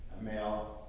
male